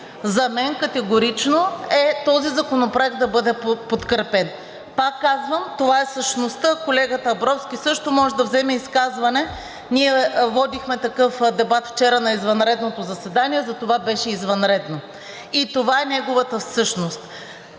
за мен категорично е този законопроект да бъде подкрепен. Пак казвам, това е същността, колегата Абровски също може да вземе изказване, ние водихме такъв дебат вчера на извънредното заседание, затова беше извънредно, и това е неговата същност,